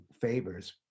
favors